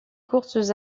courtes